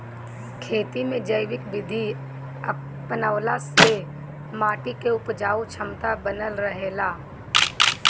खेती में जैविक विधि अपनवला से माटी के उपजाऊ क्षमता बनल रहेला